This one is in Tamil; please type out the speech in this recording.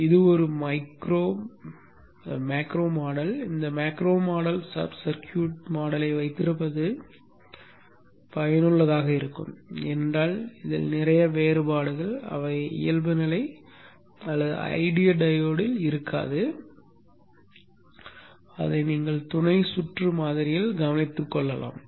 இப்போது இது ஒரு மேக்ரோ மாடல் இந்த மேக்ரோ மாடல் சப் சர்க்யூட் மாடலை வைத்திருப்பது பயனுள்ளதாக இருக்கும் ஏனென்றால் நிறைய வேறுபாடுகள் அவை இயல்புநிலை ஐடியல் டையோடில் இருக்காது அதை நீங்கள் துணை சுற்று மாதிரியில் கவனித்துக் கொள்ளலாம்